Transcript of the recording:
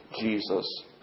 Jesus